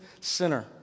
sinner